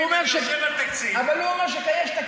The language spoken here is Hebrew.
אבל הוא אומר שיש תקציב.